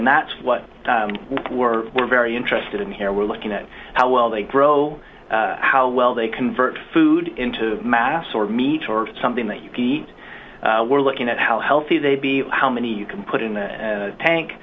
and that's what we're we're very interested in here we're looking at how well they grow how well they convert food into mass or meat or something that you can eat we're looking at how healthy they be how many you can put in the tank